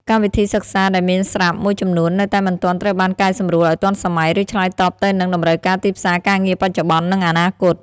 កម្មវិធីសិក្សាដែលមានស្រាប់មួយចំនួននៅតែមិនទាន់ត្រូវបានកែសម្រួលឱ្យទាន់សម័យ ឬឆ្លើយតបទៅនឹង តម្រូវការទីផ្សារការងារបច្ចុប្បន្ន និងអនាគត។